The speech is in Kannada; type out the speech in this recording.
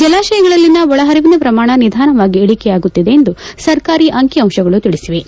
ಜಲಾತಯಗಳಲ್ಲಿನ ಒಳಹರಿವಿನ ಪ್ರಮಾಣ ನಿಧಾನವಾಗಿ ಇಳಿಕೆಯಾಗುತ್ತಿದೆ ಎಂದು ಸರ್ಕಾರಿ ಅಂಕಿ ಅಂಶಗಳು ತಿಳಿಸಿವೆ